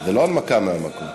זה לא הנמקה מהמקום.